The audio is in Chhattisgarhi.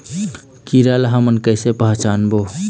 कीरा ला हमन कइसे पहचानबो?